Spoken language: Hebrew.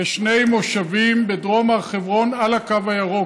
ושני מושבים בדרום הר חברון על הקו הירוק.